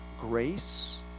grace